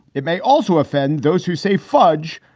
it may also offend those who say fudge.